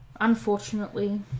Unfortunately